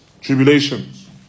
tribulations